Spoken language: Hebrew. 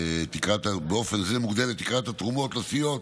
באופן זה מוגדלת תקרת התרומות לסיעות